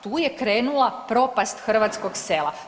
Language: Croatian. Tu je krenula propast hrvatskog sela.